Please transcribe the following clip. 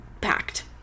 packed